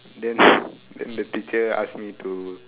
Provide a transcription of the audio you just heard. then then the teacher ask me to